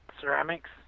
ceramics